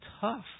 tough